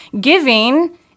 giving